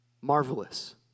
marvelous